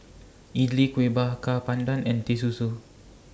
Idly Kuih Bakar Pandan and Teh Susu